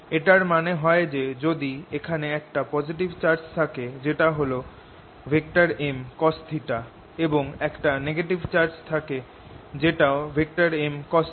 এটার মানে হয় যে যদি এখানে একটা পজিটিভ চার্জ থাকে যেটা হল Mcosθ এবং একটা নেগেটিভ চার্জ নিচের দিকে যেটাও Mcosθ